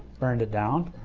burned it down.